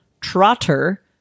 Trotter